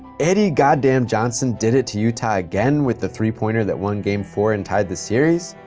eddie goddamn johnson did it to utah again with the three pointer that won game four and tied the series,